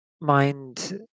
mind